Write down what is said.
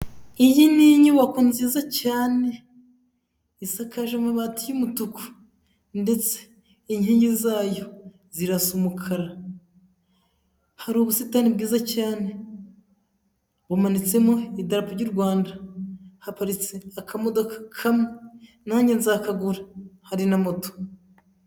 Iyi ni inyubako nziza cyane isakaje amabati y'umutuku ndetse inkingi zayo zirasa umukara, hari ubusitani bwiza cyane, bumanitsemo idarapo ry'u Rwanda, haparitsemo akamodoka kamwe nanjye nzakagura hari na moto.